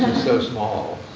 so small,